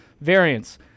variants